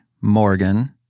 Morgan